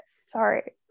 sorry